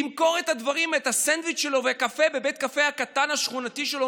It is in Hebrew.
למכור את הסנדוויץ' שלו ואת הקפה בבית הקפה השכונתי הקטן שלו,